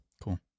Cool